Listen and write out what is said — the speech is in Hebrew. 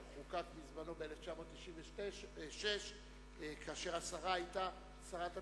אשר חוקק בזמנו ב-1996 כאשר השרה היתה שרת התקשורת,